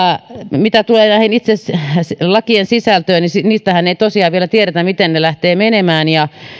mitä tulee näihin itse lakien sisältöihin niin niistähän ei tosiaan vielä tiedetä miten ne lähtevät menemään ja